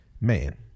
Man